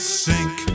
sink